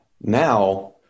Now